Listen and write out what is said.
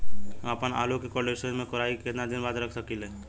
हम आपनआलू के कोल्ड स्टोरेज में कोराई के केतना दिन बाद रख साकिले?